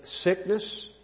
sickness